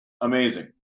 amazing